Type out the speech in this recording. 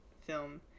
film